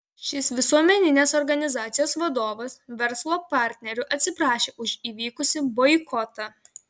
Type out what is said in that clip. šis visuomeninės organizacijos vadovas verslo partnerių atsiprašė už įvykusį boikotą